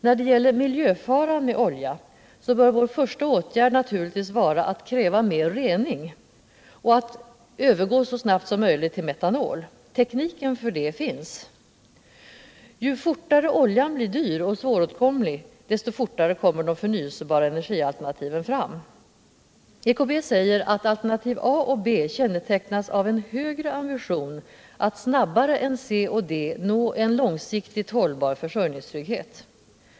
När det gäller miljöfaran med olja bör vår första åtgärd naturligtvis vara att kräva mer rening och därjämte en övergång så snabbt som möjligt till metanol. Tekniken för detta finns. Ju fortare oljan blir dyr och svåråtkomlig, desto fortare kommer de förnyelsebara energialternativen fram. EKB säger att alternativ A och B kännetecknas av en högre ambition att snabbare än alternativ C och D nå en långsiktigt hållbar försörjningstrygghet.